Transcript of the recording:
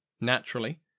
naturally